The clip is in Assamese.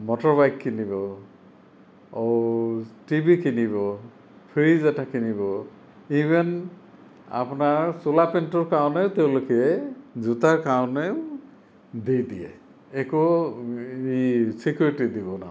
মটৰ বাইক কিনিব টিভি কিনিব ফ্ৰীজ এটা কিনিব ইভেন আপোনাৰ চোলা পেণ্টটোৰ কাৰণে তেওঁলোকে জোতাৰ কাৰণেও দি দিয়ে একো চিকিউৰিটি দিব নালাগে